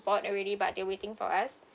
board already but they're waiting for us